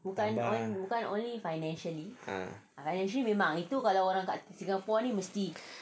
ah